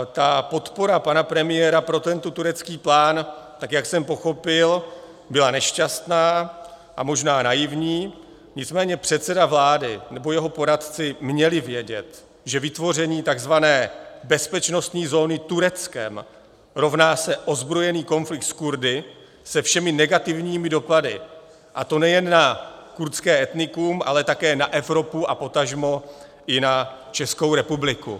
Ta podpora pana premiéra pro tento turecký plán, tak jak jsem pochopil, byla nešťastná a možná naivní, nicméně předseda vlády nebo jeho poradci měli vědět, že vytvoření takzvané bezpečnostní zóny Tureckem rovná se ozbrojený konflikt s Kurdy, se všemi negativními dopady, a to nejen na kurdské etnikum, ale také na Evropu a potažmo i na Českou republiku.